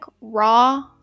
raw